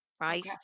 right